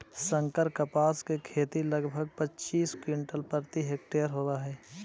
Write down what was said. संकर कपास के खेती लगभग पच्चीस क्विंटल प्रति हेक्टेयर होवऽ हई